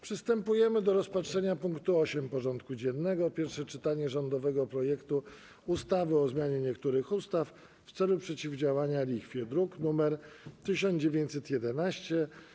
Przystępujemy do rozpatrzenia punktu 8. porządku dziennego: Pierwsze czytanie rządowego projektu ustawy o zmianie niektórych ustaw w celu przeciwdziałania lichwie (druk nr 1911)